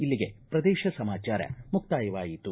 ಇಲ್ಲಿಗೆ ಪ್ರದೇಶ ಸಮಾಚಾರ ಮುಕ್ತಾಯವಾಯಿತು